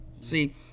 see